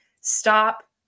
Stop